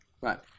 Right